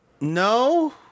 no